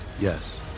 Yes